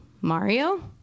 Mario